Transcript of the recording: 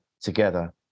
together